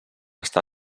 està